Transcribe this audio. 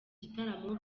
gitaramo